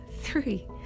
Three